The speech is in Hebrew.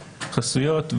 חסויות,